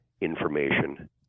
information